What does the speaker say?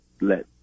let